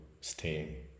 stay